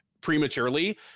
prematurely